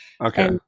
Okay